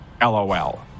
LOL